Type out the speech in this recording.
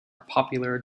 popular